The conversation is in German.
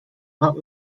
hart